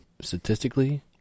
Statistically